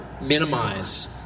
minimize